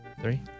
Three